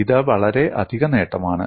ഇത് വളരെ അധിക നേട്ടമാണ്